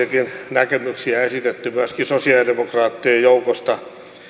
näkemyksiä esitetty myöskin sosialidemokraattien joukosta